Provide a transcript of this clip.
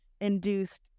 induced